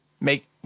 make